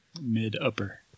Mid-upper